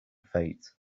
fate